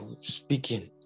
speaking